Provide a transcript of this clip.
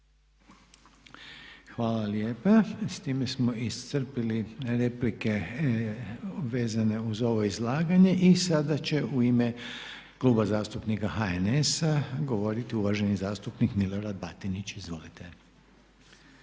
Hvala lijepa. S time smo iscrpili replike vezane uz ovo izlaganje. I sada će u ime Kluba zastupnika HNS-a govoriti uvaženi zastupnik Milorad Batinić. Izvolite.